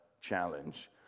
challenge